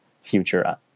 future